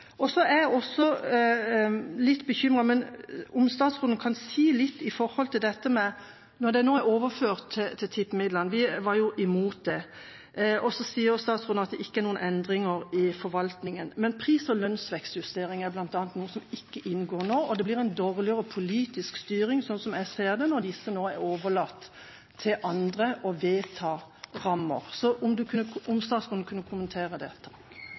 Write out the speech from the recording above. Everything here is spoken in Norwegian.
jeg er litt bekymret. Men kan statsråden si litt med hensyn til dette når det nå er overført til tippemiddelordninga – de var jo imot det? Og så sier statsråden at det ikke er noen endringer i forvaltninga, men bl.a. pris- og lønnsvekstjusteringer, noe som ikke inngår nå, og det blir en dårligere politisk styring, slik som jeg ser det, når det nå er overlatt til andre å vedta rammer. Kunne statsråden kommentere dette? Jeg er selvfølgelig kjent med at skværriggerne melder at det